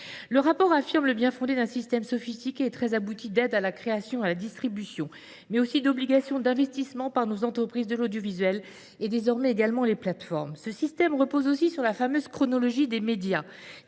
Le rapport affirme le bien fondé d’un système sophistiqué et très abouti d’aides à la création et à la distribution, mais aussi d’obligations d’investissement par nos entreprises de l’audiovisuel, et, désormais, également par les plateformes. Ce système repose sur la fameuse chronologie des médias,